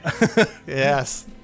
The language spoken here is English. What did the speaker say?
Yes